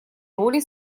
роли